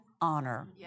honor